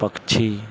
पक्षी